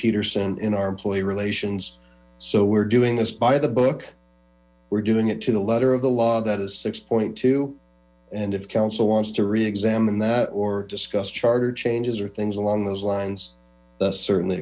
peterson in our employee relations so we're doing this by the book we're doing it to the letter of the law that is six point two and if counsel wants to reexamine that or discuss charter changes or things along those lines that's certainly